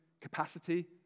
capacity